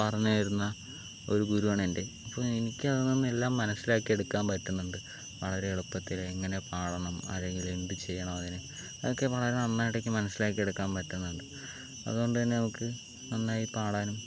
പറഞ്ഞുതരുന്ന ഒരു ഗുരുവാണ് എൻ്റെ ഇപ്പോൾ എനിക്ക് അതെന്നേല്ലാം മനസ്സിലാക്കി എടുക്കാൻ പറ്റുന്നുണ്ട് വളരെ എളുപ്പത്തിൽ എങ്ങനെ പാടണം അല്ലെങ്കിൽ എന്ത് ചെയ്യണം അതിന് അതൊക്കെ വളരെ നന്നായിട്ട് എനിക്ക് മനസ്സിലാക്കി എടുക്കാൻ പറ്റുന്നുണ്ട് അതുകൊണ്ടുതന്നെ നമുക്ക് നന്നായി പാടാനും